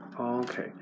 Okay